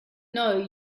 know